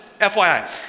FYI